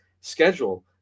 schedule